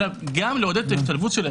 אלא גם לעודד את ההשתלבות.